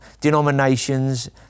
denominations